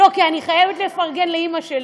אני חייבת לפרגן לאימא שלי,